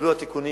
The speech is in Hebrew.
יתקבלו התיקונים